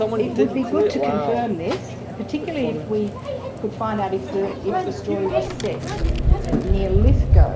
it would be good to confirm this particularly if we could find out if the, if the story was set near lithgow?